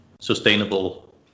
sustainable